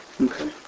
Okay